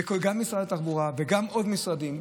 ומשרד התחבורה וגם עוד משרדים.